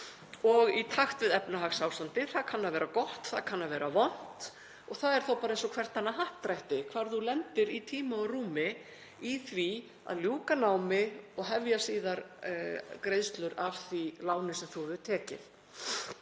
og í takt við efnahagsástandið. Það kann að vera gott, það kann að vera vont, og það er bara eins og hvert annað happdrætti hvar þú lendir í tíma og rúmi í því að ljúka námi og hefja síðar greiðslur af því láni sem þú hefur tekið.